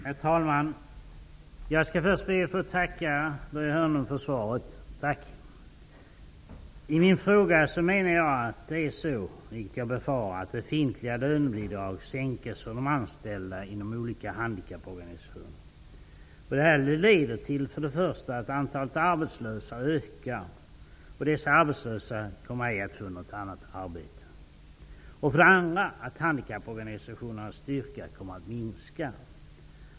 Herr talman! Jag ber att få tacka Börje Hörnlund för svaret. Med min fråga menar jag att jag befarar att det befintliga lönebidraget sänks för de anställda inom olika handikapporganisationer. Det leder för det första till att antalet arbetslösa ökar, och dessa arbetslösa kommer ej att få något annat arbete. För det andra leder det till att handikapporganisationernas styrka minskar.